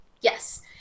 Yes